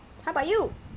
how about you